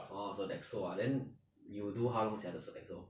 orh sodexo ah then you do how long sia the sodexo